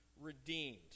redeemed